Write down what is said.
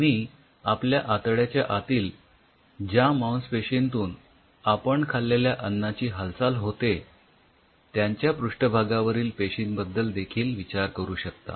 तुम्ही आपल्या आतड्याच्या आतील ज्या मांसपेशींतून आपण खाल्लेल्या अन्नाची हालचाल होते त्यांच्या पृष्ठभागावरील पेशिंबद्दल देखील विचार करू शकता